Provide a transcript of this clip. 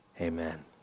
amen